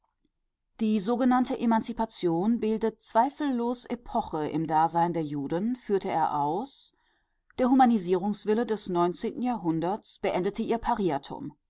die sogenannte emanzipation bildet zweifellos epoche im dasein der juden führte er aus der humanisierungswille des neunzehnten jahrhunderts beendete ihr pariatum